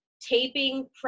taping